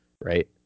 right